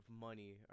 money